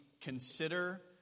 consider